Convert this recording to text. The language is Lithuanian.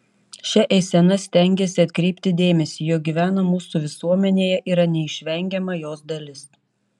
šia eisena stengiasi atkreipti dėmesį jog gyvena mūsų visuomenėje yra neišvengiama jos dalis